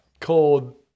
called